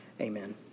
amen